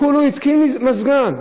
כולה התקין מזגן.